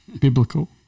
Biblical